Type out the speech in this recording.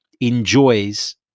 enjoys